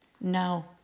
No